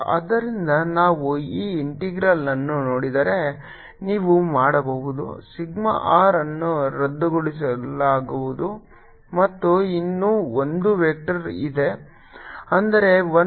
ಆದ್ದರಿಂದ ನಾವು ಈ ಇಂಟೆಗ್ರಾಲ್ ಅನ್ನು ನೋಡಿದರೆ ನೀವು ಮಾಡಬಹುದು ಸಿಗ್ಮಾ r ಅನ್ನು ರದ್ದುಗೊಳಿಸಲಾಗುವುದು ಮತ್ತು ಇನ್ನೂ ಒಂದು ವೆಕ್ಟರ್ ಇದೆ ಅಂದರೆ 1 ಓವರ್ 4 pi ಎಪ್ಸಿಲಾನ್ ನಾಟ್